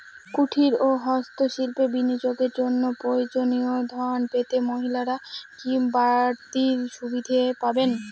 কুটীর ও হস্ত শিল্পে বিনিয়োগের জন্য প্রয়োজনীয় ঋণ পেতে মহিলারা কি বাড়তি সুবিধে পাবেন?